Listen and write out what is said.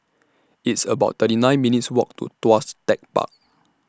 It's about thirty nine minutes' Walk to Tuas Tech Park